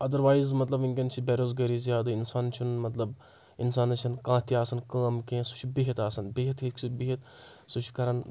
otherwise مطلب وٕنکؠن چھِ بَے روزگٲری زیادٕ اِنسان چھُنہٕ مطلب اِنسانَس چھنہٕ کانٛہہ تہِ آسان کٲم کینٛہہ سُہ چھُ بِہِتھ آسان بِہِتھ ہیٚکہِ سُہ بِہِتھ سُہ چھُ کران